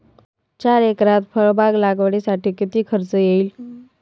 चार एकरात फळबाग लागवडीसाठी किती खर्च येईल?